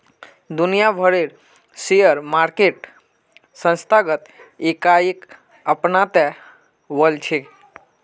दुनिया भरेर share market संस्थागत इकाईक अपनाते वॉल्छे